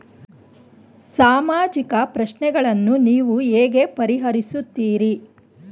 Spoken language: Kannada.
ಸಾಮಾಜಿಕ ಪ್ರಶ್ನೆಗಳನ್ನು ನೀವು ಹೇಗೆ ಪರಿಹರಿಸುತ್ತೀರಿ?